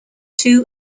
two